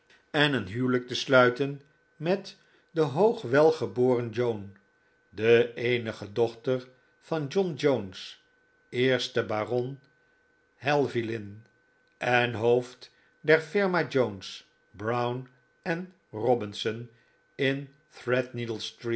en een huwelijk te sluiten met de hoogwelgeboren joan de eenige dochter van john johnes eersten baron helvellyn en hoofd der flrma jones brown en robinson in